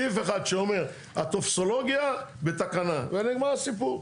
סעיף אחד שאומר הטופסולוגיה בתקנה ונגמר הסיפור.